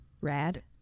Rad